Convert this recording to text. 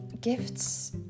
gifts